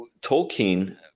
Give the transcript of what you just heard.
tolkien